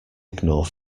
ignore